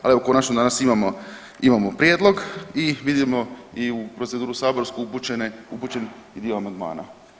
Ali evo konačno danas imamo prijedlog i vidimo u proceduru saborsku upućen i dio amandmana.